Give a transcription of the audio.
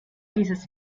dieses